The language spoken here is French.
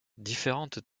différentes